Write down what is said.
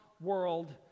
world